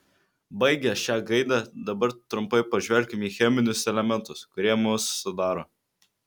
baigę šia gaida dabar trumpai pažvelkime į cheminius elementus kurie mus sudaro